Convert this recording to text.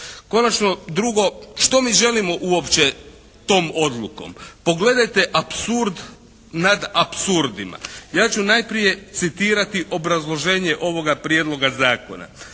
Konačno, drugo što mi želimo uopće tom odlukom. Pogledajte apsurd nad apsurdima. Ja ću najprije citirati obrazloženje ovoga prijedloga zakona.